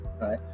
right